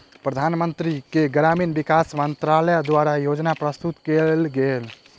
प्रधानमंत्री के ग्रामीण विकास मंत्रालय द्वारा योजना प्रस्तुत कएल गेल